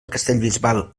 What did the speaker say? castellbisbal